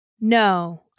no